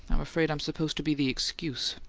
i'm afraid i'm supposed to be the excuse.